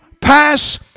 pass